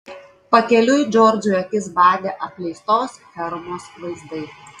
pakeliui džordžui akis badė apleistos fermos vaizdai